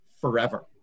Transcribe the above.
forever